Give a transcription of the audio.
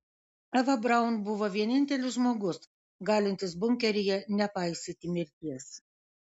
eva braun buvo vienintelis žmogus galintis bunkeryje nepaisyti mirties